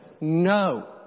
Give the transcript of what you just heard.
no